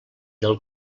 del